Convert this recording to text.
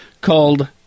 called